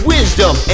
Wisdom